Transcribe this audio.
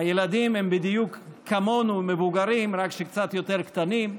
הילדים הם בדיוק כמונו מבוגרים רק קצת יותר קטנים.